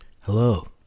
Hello